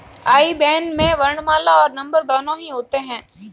आई ban में वर्णमाला और नंबर दोनों ही होते हैं